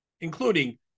including